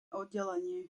oddelenie